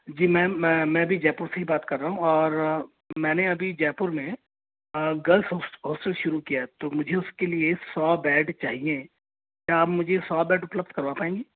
जी ma'am मैं भी जयपुर से ही बात कर रहा हूँ और मैंने अभी जयपुर में गर्ल्स होस्ट हॉस्टल शुरू किया है तो मुझे उस के लिए सौ बैड चाहिए क्या आप मुझे सौ बैड उपलब्ध कर पाएंगी